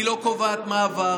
היא לא קובעת מה עבר,